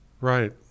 Right